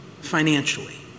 financially